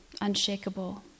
unshakable